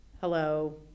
hello